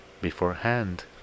Beforehand